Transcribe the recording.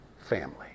family